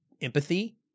empathy